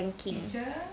ranking